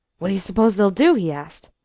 what do you suppose they'll do? he asked.